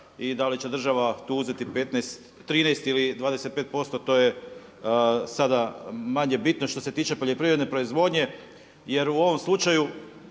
i da li će država tu uzeti 13 ili 25% to je sada manje bitno što se tiče poljoprivredne proizvodnje. Jer u ovom slučaju